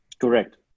Correct